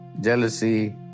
jealousy